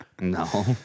No